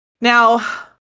Now